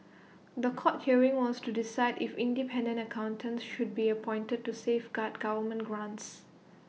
The Court hearing was to decide if independent accountants should be appointed to safeguard government grants